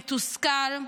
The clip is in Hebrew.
מתוסכל,